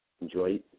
enjoy